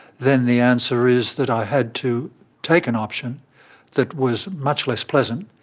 then the answer is that i had to take an option that was much less pleasant,